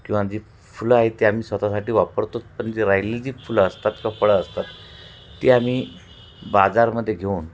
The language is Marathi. किंवा जी फुलं आहे त आममी स्वतासाठी वापरतो पण जी राहिली जी फुलं असतात किंवा फळं असतात ती आम्ही बाजारमध्ये घेऊन